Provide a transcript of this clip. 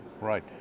Right